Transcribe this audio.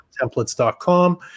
templates.com